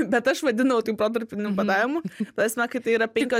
bet aš vadindavau tai protarpiniu badavimu ta prasme kad tai yra penkios